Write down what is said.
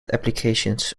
applications